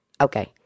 Okay